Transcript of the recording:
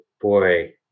boy